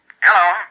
Hello